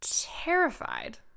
terrified